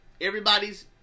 everybody's